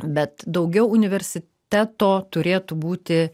bet daugiau universiteto turėtų būti